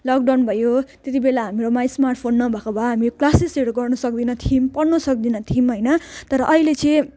lockdown भयो त्यति बेला हाम्रोमा स्मार्टफोन नभएको भए हामी क्लासेसहरू गर्नुसक्दैनौँ थियौँ पढ्नुसक्दैनौँ थियौँ होइन तर अहिले चाहिँ